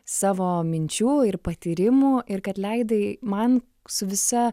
savo minčių ir patyrimų ir kad leidai man su visa